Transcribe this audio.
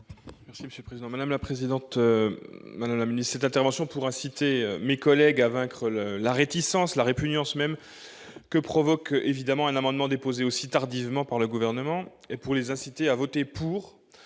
Merci Monsieur le Président Madame la présidente, madame la Ministre, cette intervention pour inciter mes collègues à vaincre le la réticence la répugnance même que provoque évidemment un amendement déposé aussi tardivement par le gouvernement et pour les inciter à voter pour